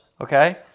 okay